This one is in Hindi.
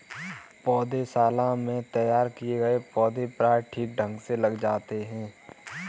पौधशाला में तैयार किए गए पौधे प्रायः ठीक ढंग से लग जाते हैं